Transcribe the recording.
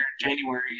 January